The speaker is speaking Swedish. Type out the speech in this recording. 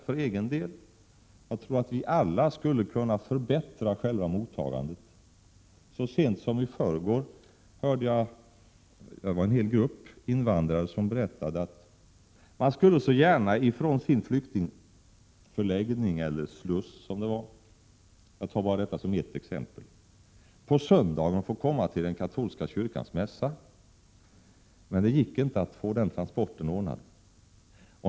För egen del tror jag att vi alla skulle kunna förbättra själva mottagandet. Så sent som i förrgår hörde jag exempelvis en hel grupp invandrare berätta att de så gärna skulle vilja fara från sin sluss till den katolska kyrkans mässa. Men det gick inte att få en sådan transport ordnad.